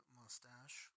mustache